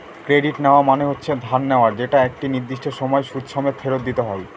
credit নেওয়া মানে হচ্ছে ধার নেওয়া যেটা একটা নির্দিষ্ট সময় সুদ সমেত ফেরত দিতে হয়